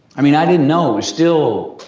i mean, i didn't know, it was still,